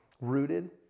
rooted